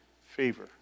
favor